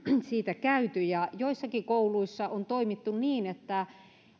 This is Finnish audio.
siitä käyty joissakin kouluissa on toimittu niin että